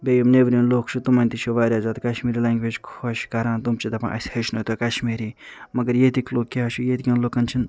بیٚیہِ یِم نیٚبرِم لوٗکھ چھِ تِمن تہِ چھِ وارِیاہ زیادٕ کشمیری لنٛگویج خۄش کَران تِم چھِ دَپان اسہِ ہیٚچھنٲیتو کشمیری مگر ییٚتِکۍ لوٗکھ کیٛاہ چھِ ییٚتکیٚن لوٗکن چھِنہٕ